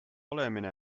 olemine